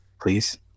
Please